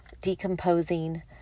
decomposing